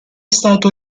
stato